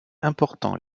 important